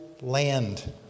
land